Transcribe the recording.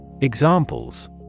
Examples